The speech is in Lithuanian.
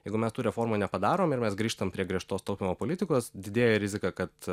jeigu mes tų reformų nepadarom ir mes grįžtam prie griežtos taupymo politikos didėja rizika kad